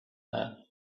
man